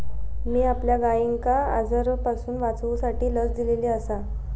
मी आपल्या गायिंका आजारांपासून वाचवूसाठी लस दिलेली आसा